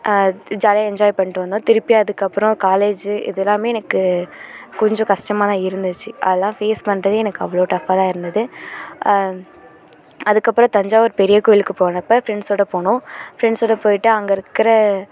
ஜாலியாக என்ஜாய் பண்ணிட்டு வந்தோம் திருப்பி அதுக்கப்புறம் காலேஜு இது எல்லாமே எனக்கு கொஞ்சம் கஷ்டமா தான் இருந்துச்சு அதலாம் ஃபேஸ் பண்றது எனக்கு அவ்வளோ டஃப்பாக தான் இருந்தது அதுக்கப்புறம் தஞ்சாவூர் பெரிய கோயிலுக்கு போனப்போ ஃப்ரெண்ட்ஸோடு போனோம் ஃப்ரெண்ட்ஸோடு போயிட்டு அங்கே இருக்கிற